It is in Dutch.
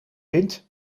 wind